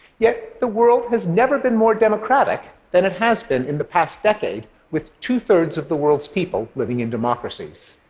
yet the world has never been more democratic than it has been in the past decade, with two-thirds of the world's people living in democracies.